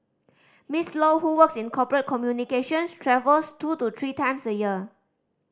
Miss Low who works in corporate communications travels two to three times a year